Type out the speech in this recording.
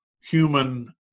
human